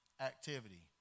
activity